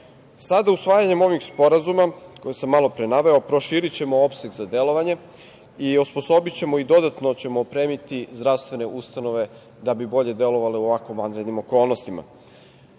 usvajanjem ovih sporazuma koje smo malo pre naveo, proširićemo opseg za delovanje, osposobićemo i dodatno ćemo opremiti zdravstvene ustanove da bi bolje delovale u ovako vanrednim okolnostima. Projekat